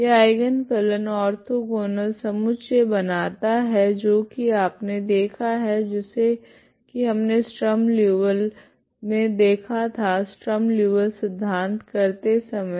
यह आइगन फलन ओर्थोगोनल समुच्चय बनाता है जो की आपने देखा है जिसे की हमने स्ट्रीम लीऔविल्ले मे देखा था स्ट्रीम लीऔविल्ले सिद्धान्त करते समय